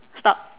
stop